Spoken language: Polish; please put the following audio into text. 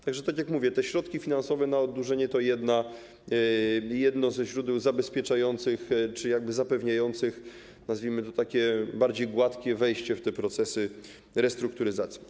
Tak że, jak mówię, te środki finansowe na oddłużenie to jedno ze źródeł zabezpieczających czy zapewniających, nazwijmy to, takie bardziej gładkie wejście w te procesy restrukturyzacji.